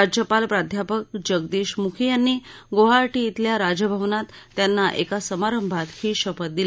राज्यपाल प्राध्यापक जगदीश मुखी यांनी गोवाहाटी शिल्या राजभवनात त्यांना एका समारंभात ही शपथ दिली